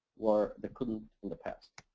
where they couldn't in the past.